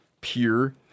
pure